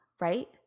right